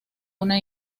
una